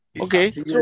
okay